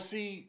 See